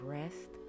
rest